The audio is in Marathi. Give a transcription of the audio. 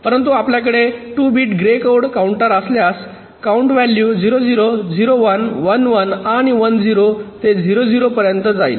परंतु आपल्याकडे २ बिट ग्रे कोड काउंटर असल्यास काउंट व्हॅलू 0 0 0 1 1 1 आणि 1 0 ते 0 0 पर्यंत जाईल